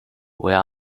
where